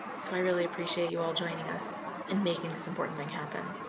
so i really appreciate you all joining us in making this important thing happen.